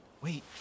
Wait